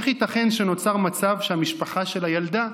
איך ייתכן שנוצר מצב שהמשפחה של הילדה,